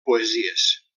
poesies